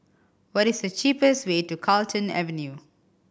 what is the cheapest way to Carlton Avenue